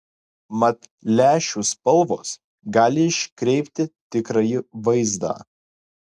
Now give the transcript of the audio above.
mat lęšių spalvos gali iškreipti tikrąjį vaizdą